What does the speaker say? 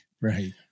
Right